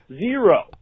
Zero